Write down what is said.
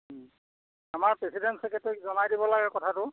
আমাৰ প্ৰেচিডেন্ট চেক্ৰেটৰীক জনাই দিব লাগে কথাটো